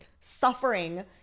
suffering